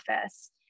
office